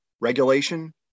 regulation